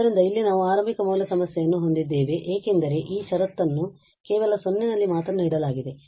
ಆದ್ದರಿಂದ ಇಲ್ಲಿ ನಾವು ಆರಂಭಿಕ ಮೌಲ್ಯ ಸಮಸ್ಯೆಯನ್ನು ಹೊಂದಿದ್ದೇವೆ ಏಕೆಂದರೆ ಈ ಷರತ್ತುಗಳನ್ನು ಕೇವಲ 0 ನಲ್ಲಿ ಮಾತ್ರ ನೀಡಲಾಗಿದೆ